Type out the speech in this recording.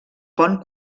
pont